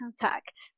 contact